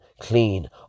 clean